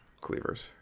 cleavers